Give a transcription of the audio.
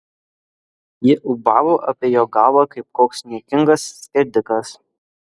ji ūbavo apie jo galvą kaip koks niekingas skerdikas